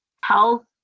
health